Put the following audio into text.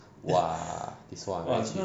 !wah! this one